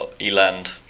Eland